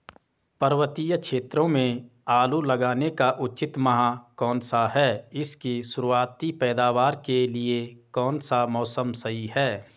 पर्वतीय क्षेत्रों में आलू लगाने का उचित माह कौन सा है इसकी शुरुआती पैदावार के लिए कौन सा मौसम सही है?